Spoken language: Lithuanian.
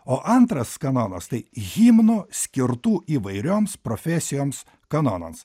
o antras kanonas tai himnų skirtų įvairioms profesijoms kanonas